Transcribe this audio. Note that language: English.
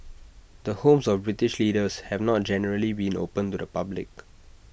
the homes of British leaders have not generally been open to the public